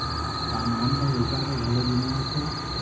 का नान कन लइका के घलो बीमा होथे?